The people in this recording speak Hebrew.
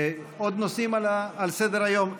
עוד נושאים על סדר-היום?